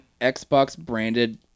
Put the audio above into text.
Xbox-branded